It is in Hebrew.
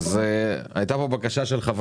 כסיף במיוחד,